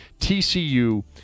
TCU